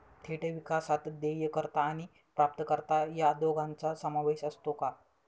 थेट विकासात देयकर्ता आणि प्राप्तकर्ता या दोघांचा समावेश असतो का?